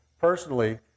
personally